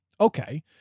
Okay